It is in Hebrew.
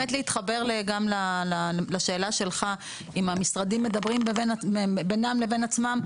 רק באמת להתחבר גם לשאלה שלך אם המשרדים מדברים בינם לבין עצמם,